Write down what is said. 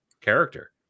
character